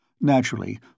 Naturally